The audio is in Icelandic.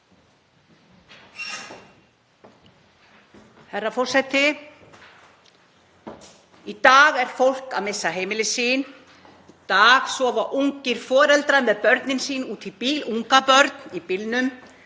Herra forseti. Í dag er fólk að missa heimili sín. Í dag sofa ungir foreldrar með börnin sín úti í bíl, ungbörn í bílnum.